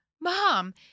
mom